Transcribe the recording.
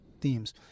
themes